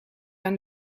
aan